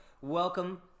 Welcome